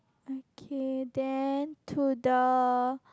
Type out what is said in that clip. okay then to the